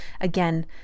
again